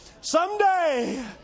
Someday